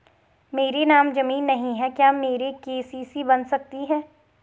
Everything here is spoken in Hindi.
मेरे नाम ज़मीन नहीं है क्या मेरी के.सी.सी बन सकती है?